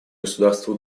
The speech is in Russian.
государства